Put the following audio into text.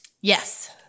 Yes